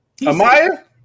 Amaya